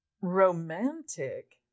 romantic